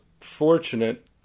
fortunate